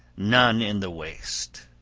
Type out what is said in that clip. none in the waste.